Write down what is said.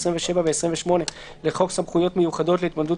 27 ו-28 לחוק סמכויות מיוחדות להתמודדות